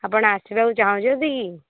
ଆପଣ ଆସିବାକୁ ଚାହୁଁଛନ୍ତି କି